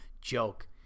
joke